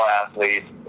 athletes